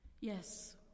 Yes